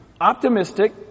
optimistic